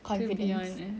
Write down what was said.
confidence